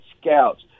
scouts